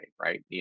right